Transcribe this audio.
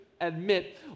admit